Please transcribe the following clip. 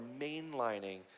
mainlining